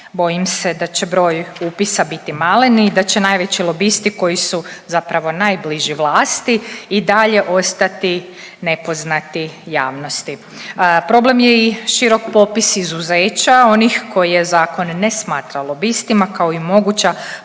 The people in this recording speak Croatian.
bojim se da će broj upisa biti malen i da će najveći lobisti koji su zapravo najbliži vlasti i dalje ostati nepoznati javnosti. Problem je i širok popis izuzeća, onih koje zakon ne smatra lobistima, kao i moguća